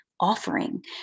offering